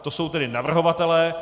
To jsou tedy navrhovatelé.